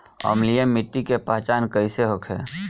अम्लीय मिट्टी के पहचान कइसे होखे?